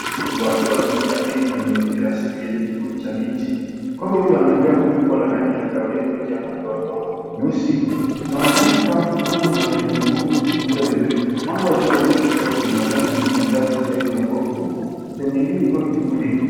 Kubwa akiwa ametulia chini kwenye mazingira asili yenye kivuli cha miti. Kwamba huyu ana gamba kubwa la rangi ya kahawia lililojaa madoa madoa meusi. Inaonekana kuwa ngumu na lenye nguvu likimda vizuri. Mwanga wa jua unapita kwenye majani na kuangaza sehemu ya kobe huku sehemu nyingine ikiwa kivuli.